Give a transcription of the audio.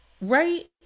right